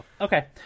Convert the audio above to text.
Okay